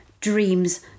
dreams